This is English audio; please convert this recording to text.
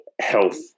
health